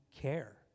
care